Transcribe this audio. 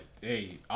hey